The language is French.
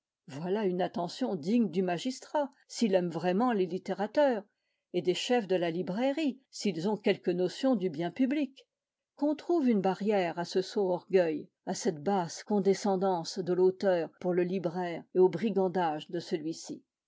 voilà une attention digne du magistrat s'il aime vraiment les littérateurs et des chefs de la librairie s'ils ont quelque notion du bien public qu'on trouve une barrière à ce sot orgueil à cette basse condescendance de l'auteur pour le libraire et au brigandage de celui-ci